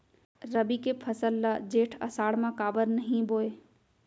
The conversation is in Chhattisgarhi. रबि के फसल ल जेठ आषाढ़ म काबर नही बोए?